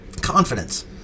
confidence